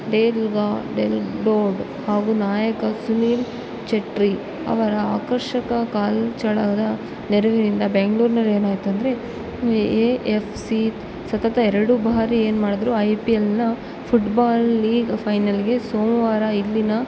ಡೇಗಗಾ ಡೆಲ್ ಡೋರ್ಡ್ ಅವ್ರು ನಾಯಕ ಸುನಿಲ್ ಚೆಟ್ರಿ ಅವರ ಆಕರ್ಷಕ ಕಾಲು ಚಳಕದ ನೆರವಿನಿಂದ ಬೆಂಗ್ಳೂರಿನಲ್ಲಿ ಏನಾಯಿತಂದ್ರೆ ಎ ಎಫ್ ಸಿ ಸತತ ಎರಡು ಬಾರಿ ಏನು ಮಾಡಿದ್ರು ಐ ಪಿ ಎಲ್ನ ಫುಟ್ಬಾಲ್ ಲೀಗ್ ಫೈನಲ್ಗೆ ಸೋಮವಾರ ಇಲ್ಲಿನ